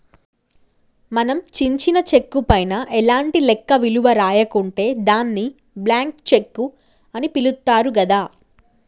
మనం చించిన చెక్కు పైన ఎలాంటి లెక్క విలువ రాయకుంటే దాన్ని బ్లాంక్ చెక్కు అని పిలుత్తారు గదా